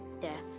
death